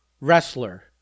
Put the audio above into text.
wrestler